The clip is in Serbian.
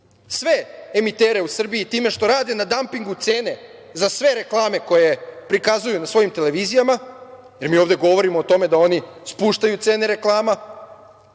sve emitere u Srbiji time što rade na dampingu cene za sve reklame koje prikazuju na svojim televizijama, jer mi ovde govorimo o tome da oni spuštaju cene reklama